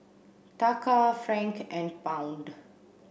Taka Franc and Pound